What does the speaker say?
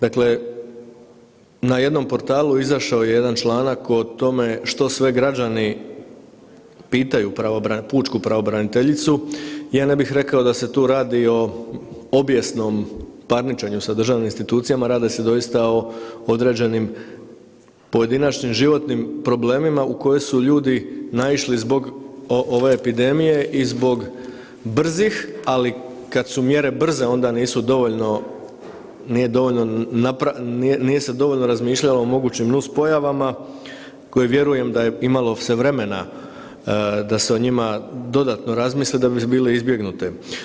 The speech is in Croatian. Dakle, na jednom portalu izašao je jedan članak o tome što sve građani pitaju pučku pravobraniteljicu, ja ne bih rekao da se tu radi o obijesnom parničenju sa državnim institucijama, radi se doista o određenim pojedinačnim životnim problemima u koje su ljudi naišli zbog ove epidemije i zbog brzih, ali kad su mjere brze onda nisu dovoljno, nije dovoljno nije se dovoljno razmišljalo o mogućnim nus pojavama koje vjerujem da je imalo se vremena da se o njima dodatno razmisli da bi bile izbjegnute.